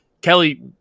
Kelly